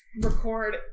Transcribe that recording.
record